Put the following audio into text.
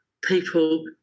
people